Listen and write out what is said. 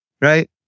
right